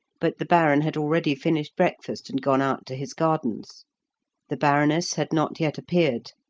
but the baron had already finished breakfast and gone out to his gardens the baroness had not yet appeared.